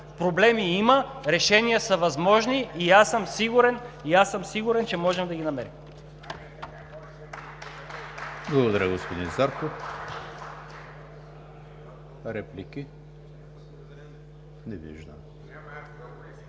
проблеми има, решения са възможни и аз съм сигурен, че можем да ги намерим.